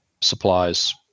supplies